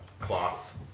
Cloth